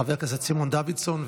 חבר הכנסת סימון דוידסון,